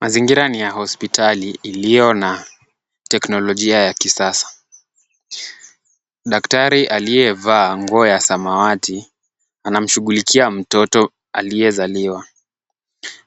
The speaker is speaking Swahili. Mazingira ni ya hospitali iliyo na teknolojia ya kisasa, daktari aliyevaa nguo ya samawati anamshughlikia mtoto aliyezaliwa